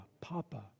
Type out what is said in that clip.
Papa